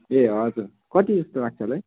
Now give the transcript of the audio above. ए हजुर कति जस्तो लाग्छ होला है